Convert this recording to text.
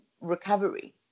recovery